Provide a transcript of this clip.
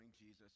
jesus